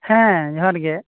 ᱦᱮᱸ ᱡᱚᱦᱟᱨᱜᱮ